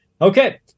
Okay